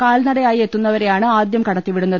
കാൽനടയായി എത്തുന്നവരെയാണ് ആദ്യം കടത്തിവിടുന്നത്